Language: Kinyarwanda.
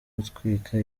utwika